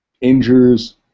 injures